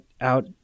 out